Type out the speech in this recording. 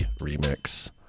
remix